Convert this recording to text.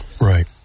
Right